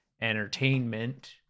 entertainment